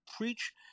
preach